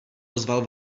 ozval